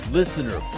listener